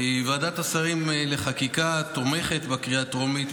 ועדת השרים לחקיקה תומכת בקריאה הטרומית,